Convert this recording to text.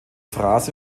fraß